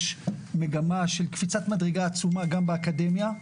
יש מגמה של קפיצת מדרגה עצומה גם באקדמיה,